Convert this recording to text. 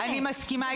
אני מסכימה איתך.